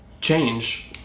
change